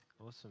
Awesome